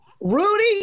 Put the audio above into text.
Rudy